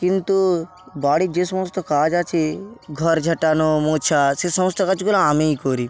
কিন্তু বাড়ির যে সমস্ত কাজ আছে ঘর ঝাঁটানো মোছা সে সমস্ত কাজগুলো আমিই করি